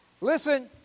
Listen